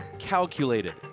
calculated